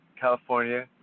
California